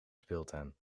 speeltuin